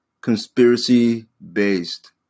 conspiracy-based